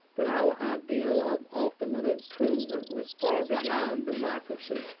but our ideal of ultimate improvement went far beyond democracy,